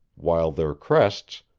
while their crests,